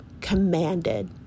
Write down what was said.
commanded